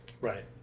Right